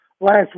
last